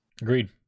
agreed